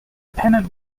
pennant